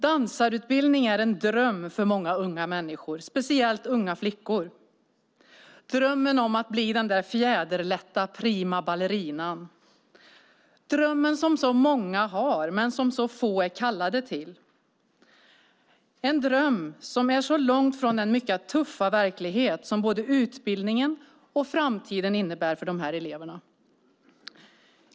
Dansarutbildning är en dröm för många unga människor, speciellt unga flickor. Det är drömmen om att bli den fjäderlätta prima ballerinan. Det är drömmen som så många har men som så få är kallade till. Det är en dröm som är så långt ifrån den mycket tuffa verklighet som både utbildningen och framtiden innebär för dessa elever.